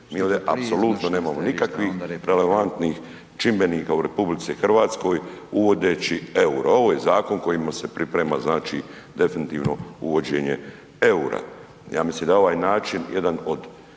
apsolutno nemamo nikakvih relevantnih čimbenika u RH uvodeći euro, ovo je zakon kojemu se priprema znači definitivno uvođenje eura. Ja mislim da je ovaj način jedan od